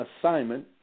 assignment